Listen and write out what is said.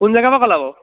কোন জেগাৰপৰা ক'লা বাৰু